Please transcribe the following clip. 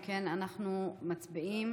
אם כן, אנחנו מצביעים